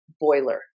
boiler